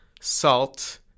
salt